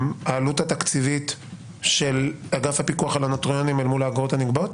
העלות התקציבית של אגף הפיקוח על הנוטריונים אל מול האגרות הנגבות?